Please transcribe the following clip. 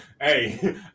hey